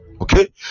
okay